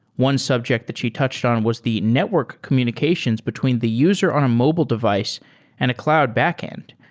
one subject that she touched on was the network communications between the user on a mobile device and a cloud backend,